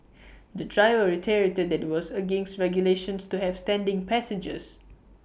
the driver reiterated that IT was against regulations to have standing passengers